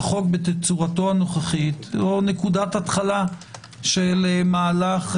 שהחוק בתצורתו הנוכחית הוא נקודת התחלה של מהלך,